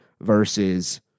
versus